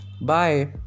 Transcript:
Bye